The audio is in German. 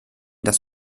das